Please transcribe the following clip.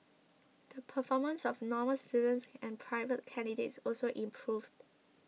the performance of Normal students and private candidates also improved